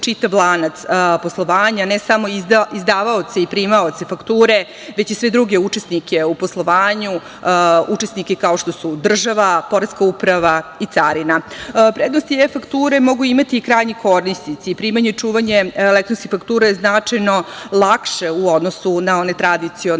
čitav lanac poslovanja ne samo izdavaoci i primaoci fakture već i sve druge učesnike u poslovanju, učesnike kao što su država, poreska uprava i carina. Prednost e-fakture mogu imati i krajnji korisnici, primanje i čuvanje elektronskih faktura je značajno lakše u odnosu na one tradicionalne